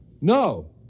No